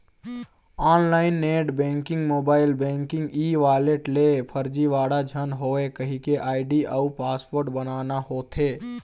online net banking, mobile banking, e wallet ले फरजीवाड़ा झन होए कहिके आईडी अउ पासवर्ड बनाना होथे